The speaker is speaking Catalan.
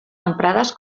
emprades